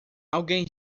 alguém